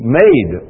made